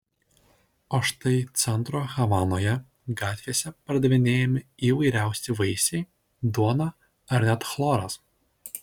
o štai centro havanoje gatvėse pardavinėjami įvairiausi vaisiai duona ar net chloras